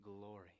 glory